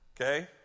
Okay